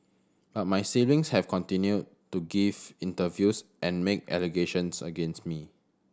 but my siblings have continued to give interviews and make allegations against me